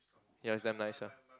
ya it's damn nice ya